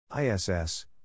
ISS